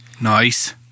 Nice